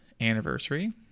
anniversary